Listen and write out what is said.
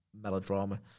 Melodrama